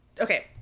okay